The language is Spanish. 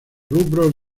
rubros